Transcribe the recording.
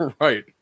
Right